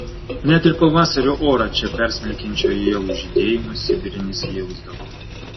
net ir pavasario orą čia persmelkiančio ievų žydėjimo sibire nesijausdavo